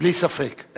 בלי ספק.